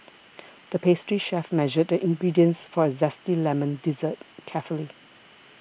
the pastry chef measured the ingredients for a Zesty Lemon Dessert carefully